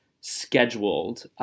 scheduled